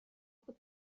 بود